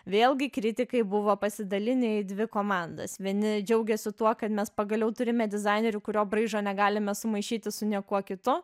vėlgi kritikai buvo pasidalinę į dvi komandas vieni džiaugėsi tuo kad mes pagaliau turime dizainerių kurio braižo negalime sumaišyti su niekuo kitu